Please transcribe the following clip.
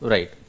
Right